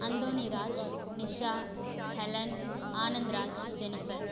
Anthonyraj Nisha Helen Anandraj Jennifer